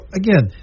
again